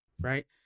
right